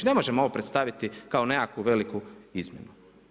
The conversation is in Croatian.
Ne možemo ovo predstaviti kao nekakvu veliku izmjenu.